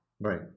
right